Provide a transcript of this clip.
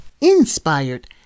inspired